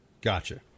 Gotcha